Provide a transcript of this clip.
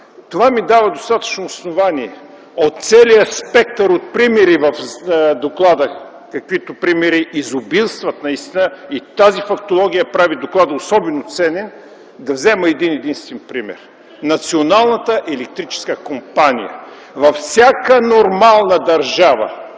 Това ми дава достатъчно основание от целия спектър от примери в доклада, каквито примери изобилстват наистина и тази фактология прави доклада особено ценен, да взема един-единствен пример – Националната електрическа компания. Във всяка нормална държава